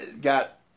got